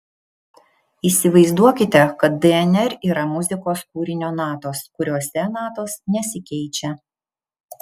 įsivaizduokite kad dnr yra muzikos kūrinio natos kuriose natos nesikeičia